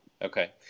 Okay